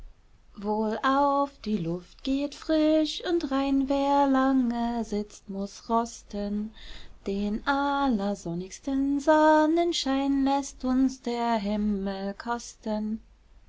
wohlauf die luft geht frisch und rein wer lange sitzt muß rosten den allersonnigsten sonnenschein läßt uns der himmel kosten